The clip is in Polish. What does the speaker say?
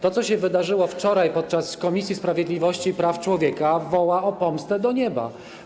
To, co się wydarzyło wczoraj podczas obrad Komisji Sprawiedliwości i Praw Człowieka, woła o pomstę do nieba.